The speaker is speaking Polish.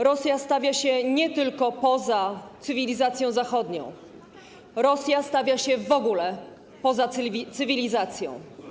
Rosja stawia się nie tylko poza cywilizacją zachodnią, Rosja stawia się w ogóle poza cywilizacją.